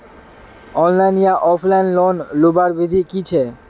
Online या offline loan लुबार विधि की छे?